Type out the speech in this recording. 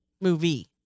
Movie